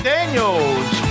Daniels